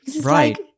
Right